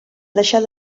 deixar